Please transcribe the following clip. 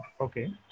Okay